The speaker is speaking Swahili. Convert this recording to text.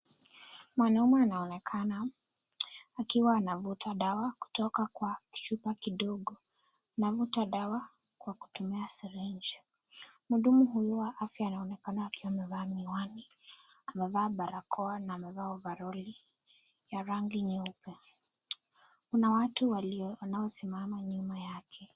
Mwanaume anaonekana akiwa anavuta dawa kutoka kwa chupa kidogo. Anavuta dawa kwa kutumia sirinji. Mhudumu huyu wa afya anaonekana akiwa amevaa miwani. Amevaa barakoa na amevaa ovaroli ya rangi nyeupe. Kun watu walio wanaosimama nyuma yake.